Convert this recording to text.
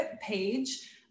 page